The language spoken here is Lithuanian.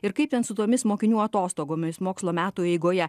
ir kaip ten su tomis mokinių atostogomis mokslo metų eigoje